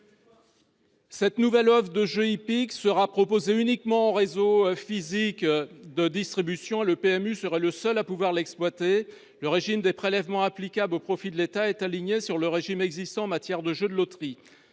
Cette nouvelle offre de jeux hippiques serait proposée uniquement par le réseau physique de distribution et le PMU serait le seul à pouvoir l’exploiter. Le régime des prélèvements applicables au profit de l’État serait aligné sur le régime existant en matière de jeux de loterie.